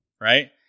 Right